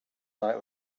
like